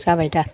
जाबाय दा